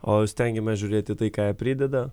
o stengiamės žiūrėti tai ką jie prideda